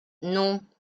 non